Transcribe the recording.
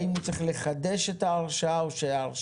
האם הוא צריך לחזק את ההרשאה או שההרשאה